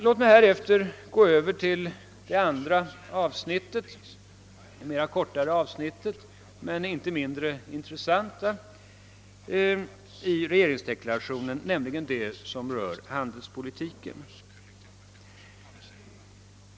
Låt mig nu gå över till det mera kortfattade men därför inte mindre intressanta avsnittet i regeringsdeklarationen, d.v.s. det om handelspolitiken.